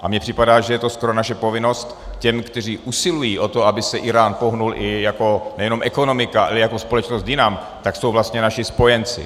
A mně připadá, že je to skoro naše povinnost těm, kteří usilují o to, aby se Írán pohnul i jako nejenom ekonomika, ale jako společnost jinam, tak jsou vlastně naši spojenci.